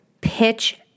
pitch